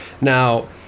Now